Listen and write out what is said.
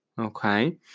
Okay